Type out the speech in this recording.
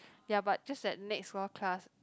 ya but just that next door class